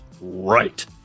right